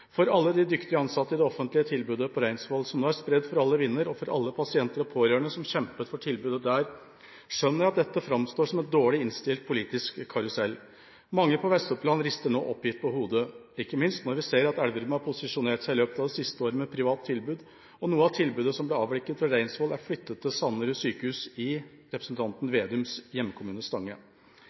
Alle de dyktige ansatte i det offentlige tilbudet på Reinsvoll, som nå er spredt for alle vinder, og alle pasienter og pårørende som kjempet for tilbudet der, skjønner at dette framstår som en dårlig innstilt politisk karusell. Mange i Vestoppland rister nå oppgitt på hodet, ikke minst når vi ser at Elverum har posisjonert seg i løpet av det siste året med privat tilbud, og at noe av tilbudet som ble avviklet ved Reinsvoll, er flyttet til Sanderud sykehus i representanten Slagsvold Vedums hjemkommune Stange.